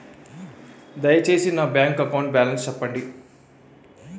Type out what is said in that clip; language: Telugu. దయచేసి నా బ్యాంక్ అకౌంట్ బాలన్స్ చెప్పండి